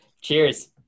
cheers